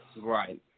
Right